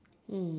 mm